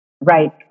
Right